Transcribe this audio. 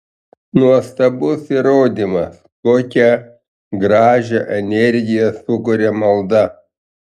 nuostabus įrodymas kokią gražią energiją sukuria malda